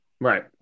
Right